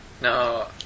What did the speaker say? No